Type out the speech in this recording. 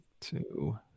two